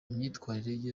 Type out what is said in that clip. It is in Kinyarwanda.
imyitwarire